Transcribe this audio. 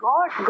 God